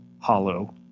hollow